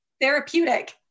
therapeutic